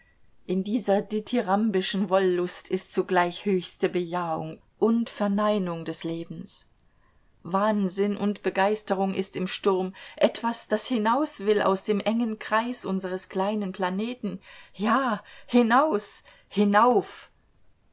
in dieser dithyrambischen wollust ist zugleich höchste bejahung und verneinung des lebens wahnsinn und begeisterung ist im sturm etwas das hinaus will aus dem engen kreis unseres kleinen planeten ja hinaus hinauf